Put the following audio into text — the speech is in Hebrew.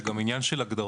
זה גם עניין של הגדרות.